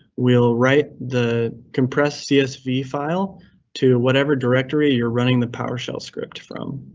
we'll write the compressed csv file to whatever directory you're running the powershell script from.